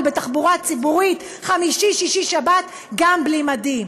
בתחבורה ציבורית חמישי-שישי-שבת גם בלי מדים?